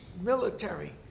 military